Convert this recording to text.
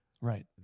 right